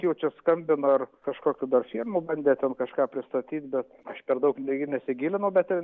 jau čia skambina ar kažkokių dar firmų bandė ten kažką pristatyt bet aš per daug lygiai nesigilinau bet ten